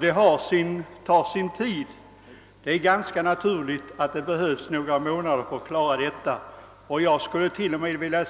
Det tar sin tid, och det är gans ka naturligt att det behövs några månader för att klara detta. kommittén att denna